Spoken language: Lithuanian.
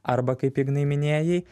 arba kaip ignai minėjai